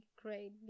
great